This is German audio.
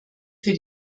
für